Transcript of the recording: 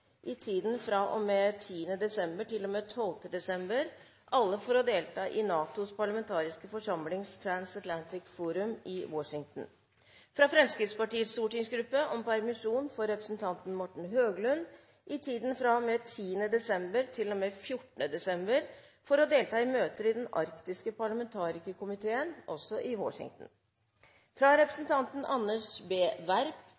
i tiden fra og med 10. desember til og med 12. desember for å delta i NATOs parlamentariske forsamlings Transatlantic Forum i Washington fra Fremskrittspartiets stortingsgruppe om permisjon for representanten Morten Høglund i tiden fra og med 10. desember til og med 14. desember for å delta i møter i den arktiske parlamentarikerkomiteen i Washington fra representanten Anders B. Werp